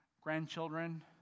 Grandchildren